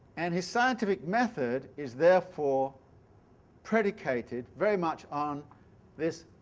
and his scientific method is therefore predicated very much on this